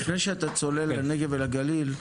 לפני שאתה צולל לנגב ולגליל,